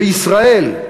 בישראל,